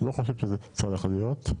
לא חושב שזה צריך להיות,